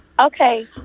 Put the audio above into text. Okay